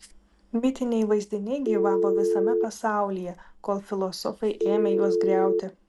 mitiniai vaizdiniai gyvavo visame pasaulyje kol filosofai ėmė juos griauti